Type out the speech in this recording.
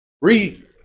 read